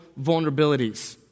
vulnerabilities